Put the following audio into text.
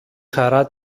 χαρά